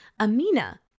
Amina